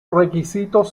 requisitos